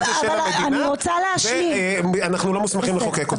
של המדינה ואנחנו לא מוסמכים לחוקק אותה?